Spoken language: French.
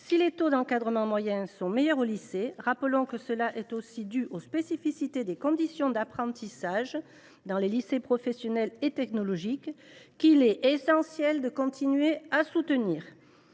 Si les taux d’encadrement moyens sont meilleurs au lycée, c’est aussi dû aux spécificités des conditions d’apprentissage dans les lycées professionnels et technologiques, qu’il est essentiel de continuer de soutenir.